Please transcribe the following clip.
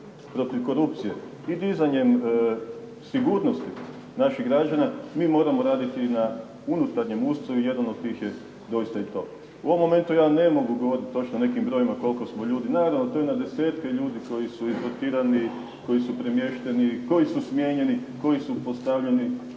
protiv korupcije i dizanjem sigurnosti naših građana, mi moramo raditi na unutarnjem ustroju. Jedan od tih je doista i to. U ovom momentu ja ne mogu govoriti točno o nekim brojevima koliko smo ljudi, naravno to je na desetke ljudi koji su … /Govornik se ne razumije./…, koji su premješteni, koji su smijenjeni, koji su postavljeni